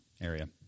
area